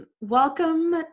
Welcome